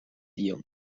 ion